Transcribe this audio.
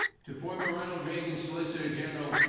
to former ronald reagan solicitor general,